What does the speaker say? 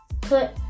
put